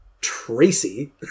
Tracy